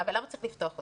אבל למה צריך לפתוח אותם?